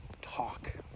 talk